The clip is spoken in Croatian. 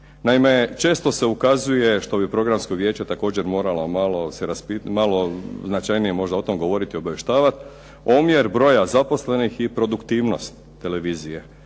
Naime, često se ukazuje, što bi Programsko vijeće također moralo malo značajnije o tom govoriti i obavještavati, omjer broja zaposlenih i produktivnost televizije.